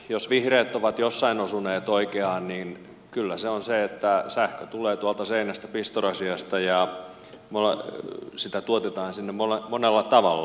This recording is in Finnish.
jos vihreät ovat jossain osuneet oikeaan niin kyllä se on se että sähkö tulee tuolta seinästä pistorasiasta ja sitä tuotetaan sinne monella tavalla